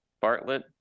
Bartlett